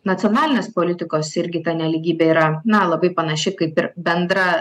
nacionalinės politikos irgi ta nelygybė yra na labai panaši kaip ir bendra